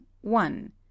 one